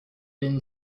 bin